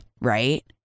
right